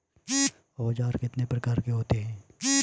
औज़ार कितने प्रकार के होते हैं?